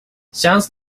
sounds